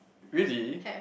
really